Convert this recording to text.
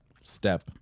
step